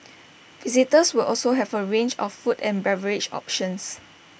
visitors will also have A range of food and beverage options